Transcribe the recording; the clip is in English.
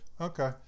okay